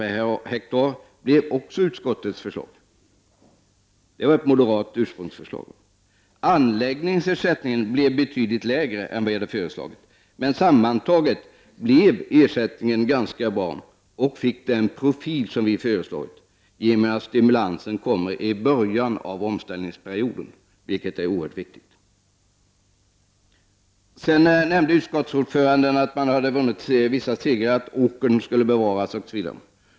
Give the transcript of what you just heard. per hektar. Anläggningsersättningen blir betydligt lägre än vad som föreslagits. Men sammantaget blir ersättningen ganska bra och har fått den profil som vi har föreslagit i och med att stimulansen kommer i början av omställningsperioden — vilket är oerhört viktigt. Utskottsordföranden nämnde att vissa segrar hade vunnits. Åkern skall bevaras osv.